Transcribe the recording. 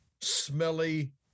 smelly